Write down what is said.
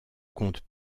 compte